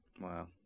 Wow